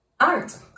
Art